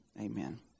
Amen